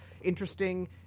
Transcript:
interesting